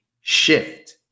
shift